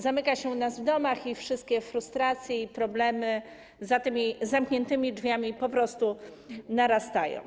Zamyka się nas w domach i wszystkie frustracje i problemy za tymi zamkniętymi drzwiami po prostu narastają.